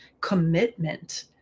commitment